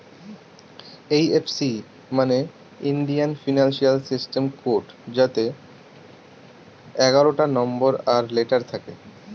IFC মানে Indian financial system code যাতে এগারোটা নম্বর আর লেটার থাকে